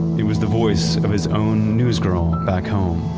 it was the voice of his own newsgirl back home.